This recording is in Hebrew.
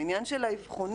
העניין של האבחונים,